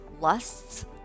lusts